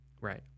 right